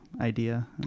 idea